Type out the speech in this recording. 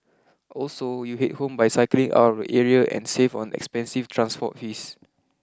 also you head home by cycling out of the area and save on expensive transport fees